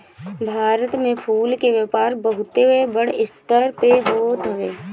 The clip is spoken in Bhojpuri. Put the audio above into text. भारत में फूल के व्यापार बहुते बड़ स्तर पे होत हवे